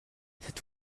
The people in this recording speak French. cette